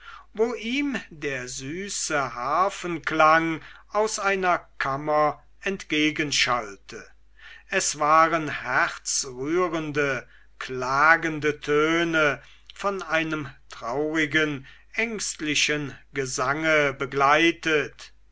wo ihm der süße harfenklang aus einer kammer entgegenschallte es waren herzrührende klagende töne von einem traurigen ängstlichen gesange begleitet